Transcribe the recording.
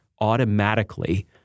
automatically